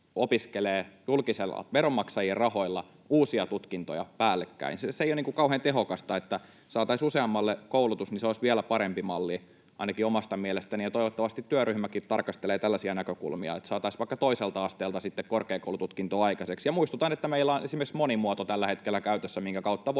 opiskelevat veronmaksajien rahoilla uusia tutkintoja päällekkäin. Se ei ole kauhean tehokasta. Jos saataisiin useammalle koulutus, niin se olisi vielä parempi malli, ainakin omasta mielestäni, ja toivottavasti työryhmäkin tarkastelee tällaisia näkökulmia, että saataisiin vaikka toiselta asteelta sitten korkeakoulututkinto aikaiseksi. Ja muistutan, että meillä on tällä hetkellä käytössä